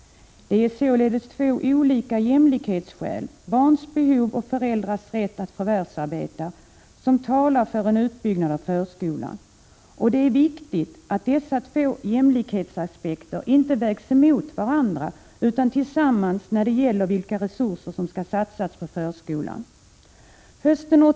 Det är således två olika jämlikhetsskäl, barns behov och föräldrars rätt att förvärvsarbeta, som talar för en utbyggnad av förskolan. Och det är viktigt att dessa två jämlikhetsaspekter inte vägs emot varandra utan tillsammans när det gäller vilka resurser som skall satsas på förskolan.